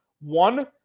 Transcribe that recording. One